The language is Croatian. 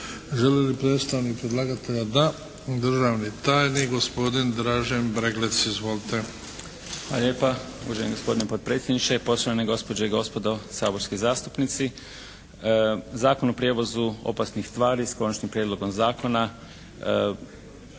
Želi li predstavnik predlagatelja? Da. Državni tajnik gospodin Dražen Breglec. Izvolite. **Breglec, Dražen** Hvala lijepa. Uvaženi gospodine potpredsjedniče, poštovane gospođe i gospodo saborski zastupnici. Zakon o prijevozu opasnih tvari s Konačnim prijedlogom zakona